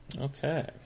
Okay